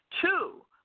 Two